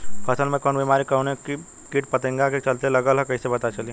फसल में कवन बेमारी कवने कीट फतिंगा के चलते लगल ह कइसे पता चली?